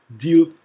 deal